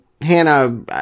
Hannah